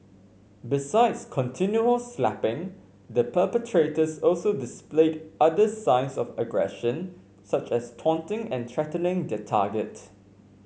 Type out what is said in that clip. besides continual slapping the perpetrators also displayed other signs of aggression such as taunting and threatening their target